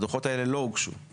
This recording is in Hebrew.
הדוחות האלה לא הוגשו.